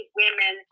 women